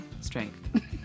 strength